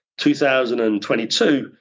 2022